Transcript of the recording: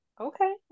Okay